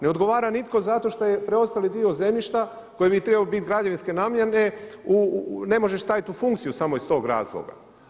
Ne odgovara nitko zato što je preostali dio zemljišta koji bi trebao biti građevinske namjene ne možeš staviti u funkciju samo iz tog razloga.